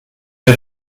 der